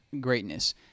greatness